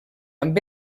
amb